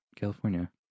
California